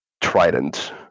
trident